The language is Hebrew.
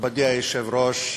מכובדי היושב-ראש,